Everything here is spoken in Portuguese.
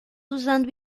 usando